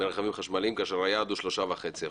מהרכבים החשמליים כאשר היעד הוא 3.5 אחוזים.